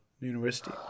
university